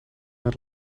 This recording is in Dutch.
het